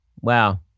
Wow